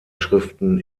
schriften